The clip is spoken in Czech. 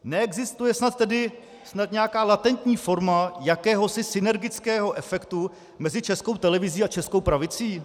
Neexistuje snad tedy nějaká latentní forma jakého si synergického efektu mezi Českou televizí a českou pravicí?